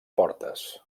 portes